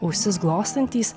ausis glostantys